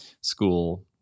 school